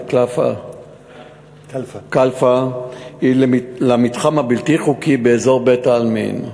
קלפה היא למתחם הבלתי-חוקי באזור בית-העלמין,